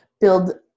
build